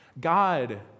god